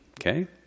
okay